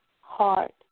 heart